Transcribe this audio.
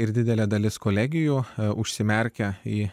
ir didelė dalis kolegijų užsimerkia į